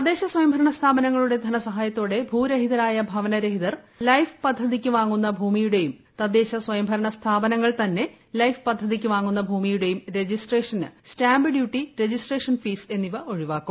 തദ്ദേശ സ്വയംഭരണ സ്ഥാപനങ്ങളുടെ ധനസഹായത്തോടെ ഭൂരഹിത രായ ഭവനരഹിതർ ലൈഫ് പദ്ധതിക്ക് പ്ലവാങ്ങുന്ന ഭൂമിയുടെയും തദ്ദേശ സ്വയംഭരണ സ്ഥാപനങ്ങൾ ക്ടിക്ക്ന്ന ലൈഫ് പദ്ധതിക്ക് വാങ്ങുന്ന ഭൂമിയുടെയും രജിസ്ട്ര്യേഷ്ട്രൻ ് stamp duty registration fees എന്നിവ ഒഴിവാക്കും